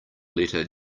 letter